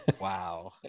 wow